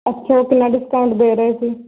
ਅੱਛਾ ਉਹ ਕਿੰਨਾ ਡਿਸਕਾਊਂਟ ਦੇ ਰਹੇ ਸੀ